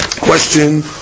question